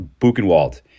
buchenwald